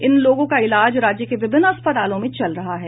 इन लोगों का इलाज राज्य के विभिन्न अस्पतालों में चल रहा है